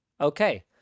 Okay